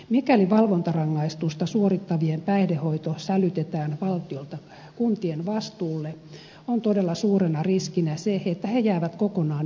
mikäli valvontarangaistusta suorittavien päihdehoito sälytetään valtiolta kuntien vastuulle on todella suurena riskinä se että he jäävät kokonaan ilman päihdehuoltopalveluja